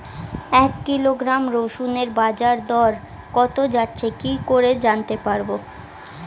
এক কিলোগ্রাম রসুনের বাজার দর কত যাচ্ছে কি করে জানতে পারবো?